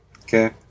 Okay